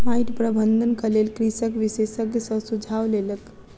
माइट प्रबंधनक लेल कृषक विशेषज्ञ सॅ सुझाव लेलक